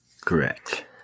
Correct